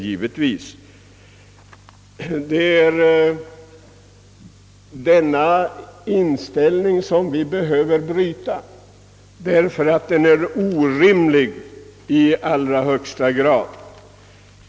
Det är denna inställning som vi behöver bryta, därför att den är orimlig i allra högsta grad.